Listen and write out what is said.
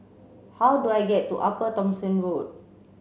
how do I get to Upper Thomson Road